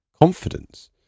confidence